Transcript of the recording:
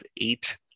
eight